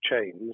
chains